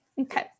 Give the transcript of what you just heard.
Okay